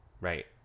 right